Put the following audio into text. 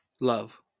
love